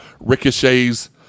Ricochets